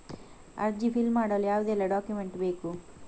ಅರ್ಜಿ ಫಿಲ್ ಮಾಡಲು ಯಾವುದೆಲ್ಲ ಡಾಕ್ಯುಮೆಂಟ್ ಬೇಕು?